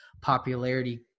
popularity